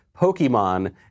Pokemon